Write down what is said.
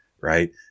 right